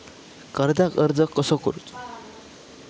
कर्जाक अर्ज कसो करूचो?